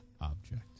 object